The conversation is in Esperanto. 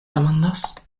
demandas